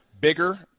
Bigger